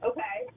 Okay